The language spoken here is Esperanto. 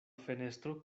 fenestro